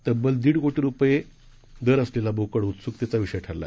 तब्बलदीडकोटीरुपयेदरअसलेलाबोकडउत्सुकतेचाविषयठरला